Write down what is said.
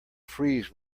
freeze